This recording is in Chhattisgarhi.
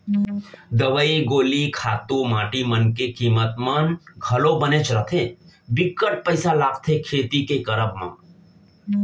दवई गोली खातू माटी मन के कीमत मन घलौ बनेच रथें बिकट पइसा लगथे खेती के करब म